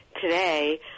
today